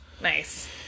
Nice